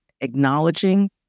acknowledging